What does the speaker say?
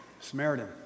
Samaritan